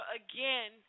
again